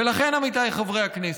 ולכן, עמיתיי חברי הכנסת,